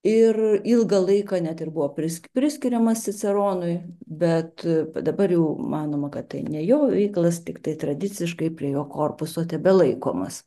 ir ilgą laiką net ir buvo priski priskiriamas ciceronui bet dabar jau manoma kad tai ne jo veikalas tiktai tradiciškai prie jo korpuso tebelaikomas